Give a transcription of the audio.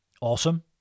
Awesome